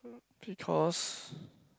because